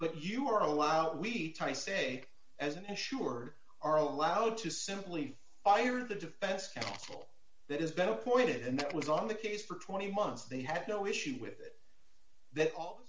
but you are a lot we try say as an insurer are allowed to simply fire the defense counsel that has been appointed and that was on the case for twenty months they had no issue with that all